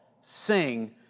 sing